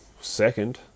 second